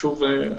שוב,